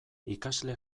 ikasle